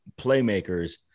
playmakers